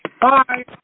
Bye